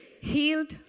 healed